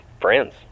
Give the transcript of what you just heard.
friends